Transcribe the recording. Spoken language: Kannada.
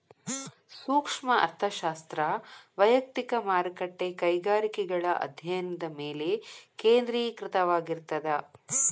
ಸೂಕ್ಷ್ಮ ಅರ್ಥಶಾಸ್ತ್ರ ವಯಕ್ತಿಕ ಮಾರುಕಟ್ಟೆ ಕೈಗಾರಿಕೆಗಳ ಅಧ್ಯಾಯನದ ಮೇಲೆ ಕೇಂದ್ರೇಕೃತವಾಗಿರ್ತದ